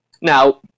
Now